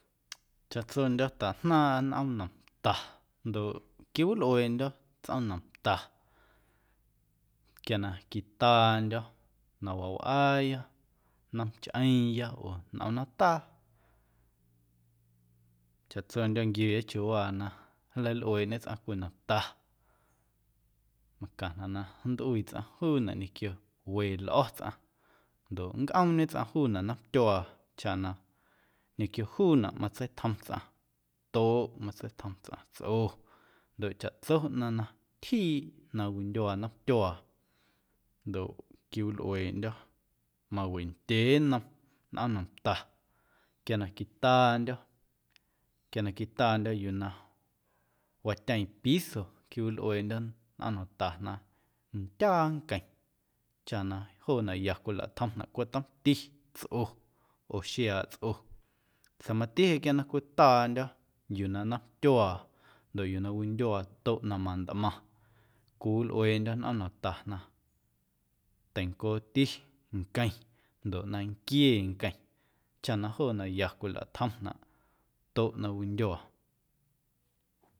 Chaꞌtsondyo̱ tajnaaⁿꞌa nꞌoom nomta ndoꞌ quiwilꞌueeꞌndyo̱ tsꞌoom nomta quia na quitaandyo̱ na wawꞌaaya, nnomchꞌeeⁿya oo tsꞌom nataa chaꞌtsondyo̱ nquiuuya chiuuwaa na nleilꞌueeꞌñe tsꞌaⁿ cwii nomta macaⁿnaꞌ na nntꞌuii tsꞌaⁿ juunaꞌ ñequio we lꞌo̱ tsꞌaⁿ ndoꞌ nncꞌoomñe tsꞌaⁿ juunaꞌ nnomtyuaa chaꞌ na ñequio juunaꞌ matseitjom tsꞌaⁿ toꞌ, matseitjom tsꞌaⁿ tsꞌo ndoꞌ chaꞌtso ꞌnaⁿ na tyjiiꞌ na windyuaa nnomtyuaa ndoꞌ quiwilꞌueeꞌndyo̱ mawendyee nnom nꞌoom nomta quia na quitaandyo̱, quia na quitaandyo̱ yuu na watyeeⁿ piso quiwilꞌueeꞌndyo̱ nꞌoom nomta na ndyaa nqueⁿ chaꞌ joonaꞌ ya cwilatjomnaꞌ cweꞌ tomti tsꞌo oo xiaaꞌ tsꞌo, sa̱a̱ mati jeꞌ quia na cwitaandyo̱ yuu na nnomtyuaa ndoꞌ yuu na windyuaa toꞌ na mantꞌmaⁿ cwiwilꞌueeꞌndyo̱ nꞌoom nomta na teincooti nqueⁿ ndoꞌ na nquiee nqueⁿ chaꞌ na joonaꞌ ya cwilatjomnaꞌ toꞌ na windyuaa.